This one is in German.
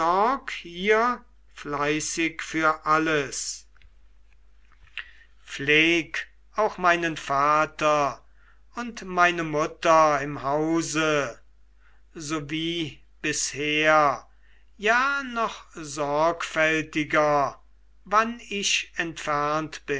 hier fleißig für alles pfleg auch meinen vater und meine mutter im hause so wie bisher ja noch sorgfältiger wann ich entfernt